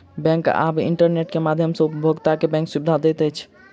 bank आब internet के माध्यम सॅ उपभोगता के बैंक सुविधा दैत अछि